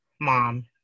mom